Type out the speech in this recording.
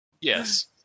Yes